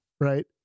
Right